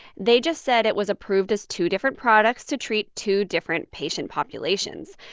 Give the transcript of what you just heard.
they just said it was approved as two different products to treat two different patient populations.